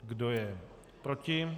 Kdo je proti?